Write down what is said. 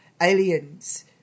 aliens